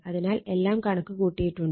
അതിനാൽ എല്ലാം കണക്ക് കൂട്ടിയിട്ടുണ്ട്